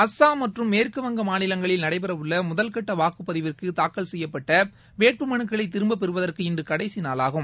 அஸ்ஸாம் மற்றும் மேற்குவங்க மாநிலங்களில் நடைபெறவுள்ள முதல்கட்ட வாக்குப்பதிவிற்கு தாக்கல் செய்யப்பட்ட வேட்பு மனுக்களை திரும்பப்பெறுவதற்கு இன்று கடைசி நாளாகும்